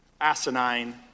asinine